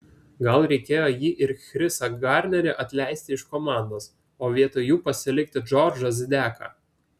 gal reikėjo jį ir chrisą garnerį atleisti iš komandos o vietoj jų pasilikti džordžą zideką